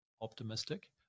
optimistic